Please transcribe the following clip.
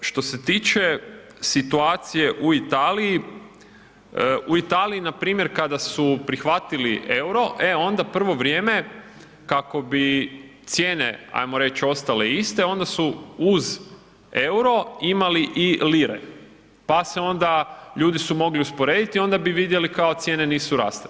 Što se tiče situacije u Italiji, u Italiji npr. kada su prihvatili EUR-o, e onda prvo vrijeme kako bi cijene ajmo reći ostale iste onda su uz EUR-o imali i lire, pa se onda ljudi su mogli usporediti onda bi vidjeli cijene nisu rasle.